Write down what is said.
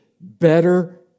better